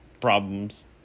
problems